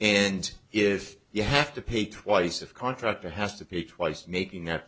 and if you have to pay twice of contractor has to pay twice making that